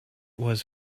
was